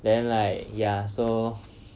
then like ya so